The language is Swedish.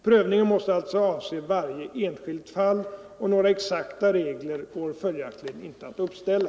Prövningen måste alltså avse varje enskilt fall, och några exakta regler går följaktligen inte att uppställa.